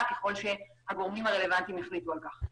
ככל שהגורמים הרלוונטיים יחליטו על כך.